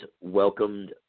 welcomed